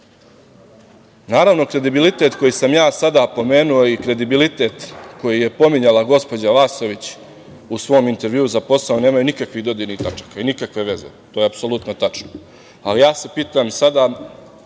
kredibilitet koji sam ja sada pomenuo i kredibilitet koji je pominjala gospođa Vasović u svom intervjuu za posao nemaju nikakvih dodirnih tačaka i nikakve veze, to je apsolutno tačno. Ali, ja se pitam sada,